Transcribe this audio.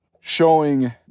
showing